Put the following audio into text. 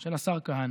של השר כהנא?